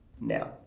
now